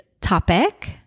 topic